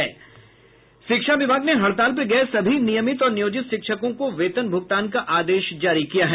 शिक्षा विभाग ने हड़ताल पर गये सभी नियमित और नियोजित शिक्षकों को वेतन भुगतान का आदेश जारी किया है